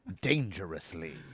Dangerously